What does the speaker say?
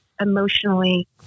emotionally